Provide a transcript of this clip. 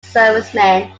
servicemen